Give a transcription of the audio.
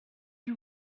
you